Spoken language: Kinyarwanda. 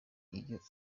iyo